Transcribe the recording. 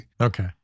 okay